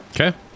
Okay